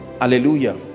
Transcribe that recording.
Hallelujah